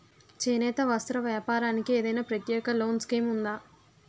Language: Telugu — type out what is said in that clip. చేనేత వస్త్ర వ్యాపారానికి ఏదైనా ప్రత్యేక లోన్ స్కీం ఉందా?